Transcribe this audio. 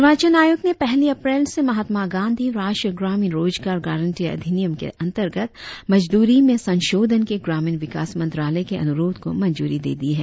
निर्वाचन आयोग ने पहली अप्रैल से महात्मा गांधी राष्ट्रीय ग्रामीण रोजगार गारंटी अधिनियम के अंतर्गत मजदूरी में संशोधन के ग्रामीण विकास मंत्रालय के अनुरोध को मंजूरी दे दी है